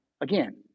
again